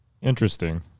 Interesting